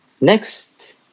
next